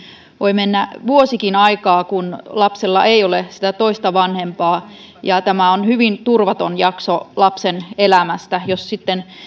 voi mennä vuosikin aikaa kun adoptioprosessi on kesken ja lapsella ei ole sitä toista vanhempaa tämä on hyvin turvaton jakso lapsen elämässä jos sitten